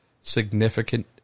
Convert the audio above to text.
significant